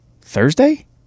Thursday